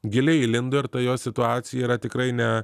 giliai įlindo ir ta jos situacija yra tikrai ne